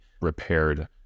repaired